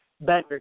better